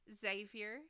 Xavier